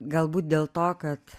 galbūt dėl to kad